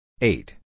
Eight